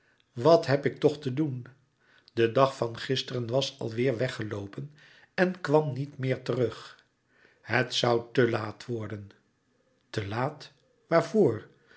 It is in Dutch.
wàt heb ik toch te doen de dag van gisteren was alweêr weggeloopen en kwam niet meer terug het zoû te louis couperus metamorfoze laat worden te laat waarvoor